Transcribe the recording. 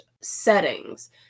settings